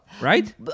right